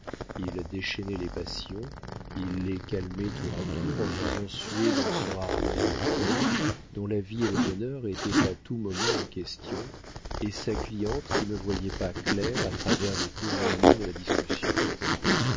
il déchaînait les passions il les calmait tour à tour en faisant suer dans son harnais paul dont la vie et le bonheur étaient à tout moment en question et sa cliente qui ne voyait pas clair à travers les tournoiements de la discussion